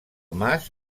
mas